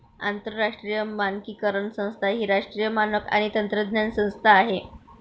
आंतरराष्ट्रीय मानकीकरण संस्था ही राष्ट्रीय मानक आणि तंत्रज्ञान संस्था आहे